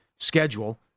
schedule